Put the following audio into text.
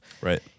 Right